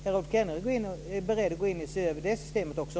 Är Rolf Kenneryd beredd att se över det systemet också?